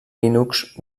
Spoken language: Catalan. linux